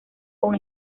con